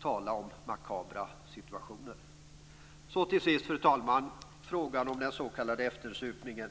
Tala om makabra situationer! Fru talman! Så till sist frågan om den s.k. eftersupningen.